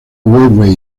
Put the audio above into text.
wave